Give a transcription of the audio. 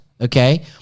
okay